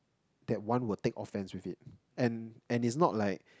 that one will take offense with it and and it's not like